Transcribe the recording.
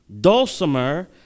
dulcimer